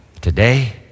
today